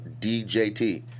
DJT